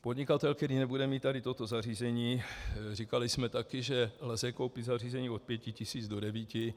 Podnikatel, který nebude mít tady toto zařízení, říkali jsme také, že lze koupit zařízení od pěti tisíc do devíti.